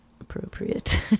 appropriate